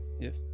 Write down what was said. Yes